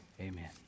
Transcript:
amen